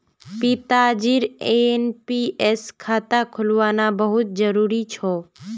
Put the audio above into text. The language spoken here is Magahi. पिताजीर एन.पी.एस खाता खुलवाना बहुत जरूरी छ